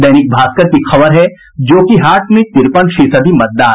दैनिक भास्कर की खबर है जोकीहाट में तिरपन फीसदी मतदान